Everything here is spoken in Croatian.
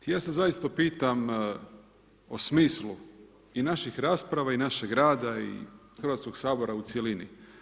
Ja se zaista pitam o smislu i naših rasprava i našeg rada i Hrvatskog sabora u cjelini.